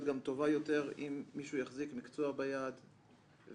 גם טובה יותר אם מישהו יחזיק מקצוע ביד וישתדל